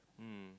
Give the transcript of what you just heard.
mm